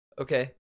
okay